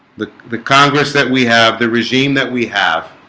the the congress that we have the regime that we have